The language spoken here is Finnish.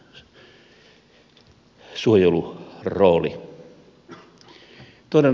toinen asia